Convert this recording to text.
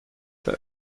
der